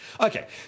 Okay